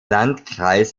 landkreis